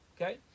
Okay